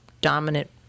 dominant